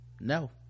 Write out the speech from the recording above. no